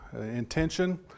intention